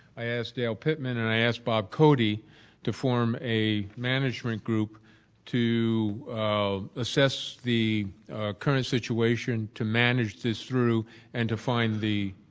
i asked dale pittman and i asked bob cody to form a management group to assess the current situation, to manage this through and to find the